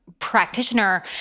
practitioner